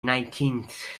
nineteenth